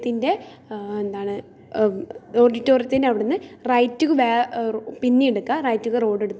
പിന്നെ കുറേ village food channel എന്ന ചാനൽ ഞാൻ കാണാറുണ്ട് ഇതൊക്കെ കുക്കിങ്ങിന് നമ്മെ സഹായിക്കും